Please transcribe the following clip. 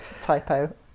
typo